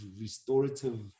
restorative